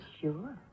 Sure